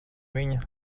viņa